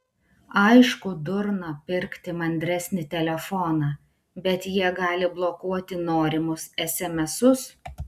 aišku durna pirkti mandresnį telefoną bet jie gali blokuoti norimus esemesus